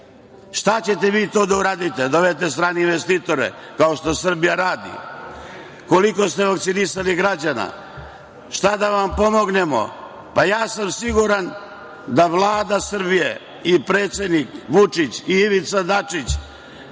ćete vi to da uradite? Da dovedete strane investitore, kao što Srbija radi? Koliko ste vakcinisali građana? Šta da vam pomognemo? Ja sam siguran da su Vlada Srbije i predsednik Aleksandar Vučić i Ivica Dačić